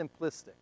simplistic